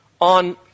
on